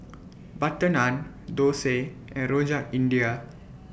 Butter Naan Thosai and Rojak India